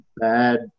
bad